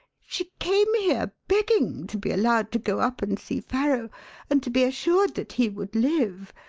she came here begging to be allowed to go up and see farrow and to be assured that he would live,